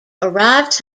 arrives